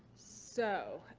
so